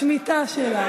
השמיטה שלה?